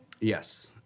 Yes